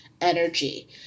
energy